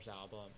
album